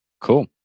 Cool